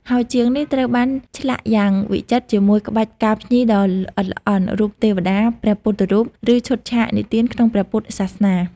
ហោជាងនេះ ត្រូវបានឆ្លាក់យ៉ាងវិចិត្រជាមួយក្បាច់ផ្កាភ្ញីដ៏ល្អិតល្អន់ រូបទេវតា ព្រះពុទ្ធរូប ឬឈុតឆាកនិទានក្នុងព្រះពុទ្ធសាសនា។